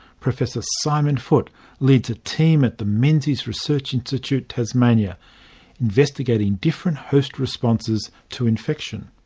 professor simon foote leads a team at the menzies research institute tasmania investigating different host responses to infection.